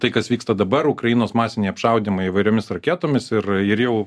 tai kas vyksta dabar ukrainos masiniai apšaudymai įvairiomis raketomis ir jau